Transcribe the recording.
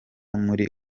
muri